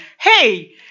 hey